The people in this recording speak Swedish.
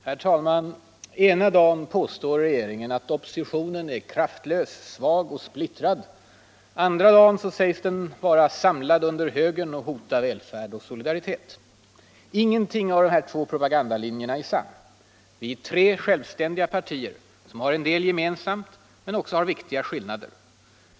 Herr talman! Ena dagen påstår regeringen att oppositionen är kraftlös, svag och splittrad. Andra dagen sägs den vara samlad under högern och hota välfärd och solidaritet. Ingendera av dessa båda propagandalinjer är sann. Vi är tre självständiga partier som har en del gemensamt men som också har viktiga skillnader.